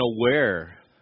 aware